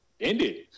ended